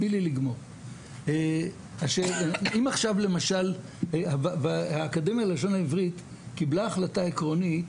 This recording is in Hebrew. אם עכשיו למשל האקדמיה ללשון עברית קיבלה החלטה עקרונית